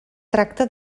tracta